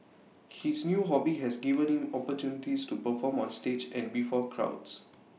his new hobby has given him opportunities to perform on stage and before crowds